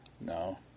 No